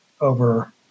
over